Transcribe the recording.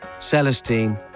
Celestine